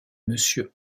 monsieur